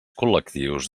col·lectius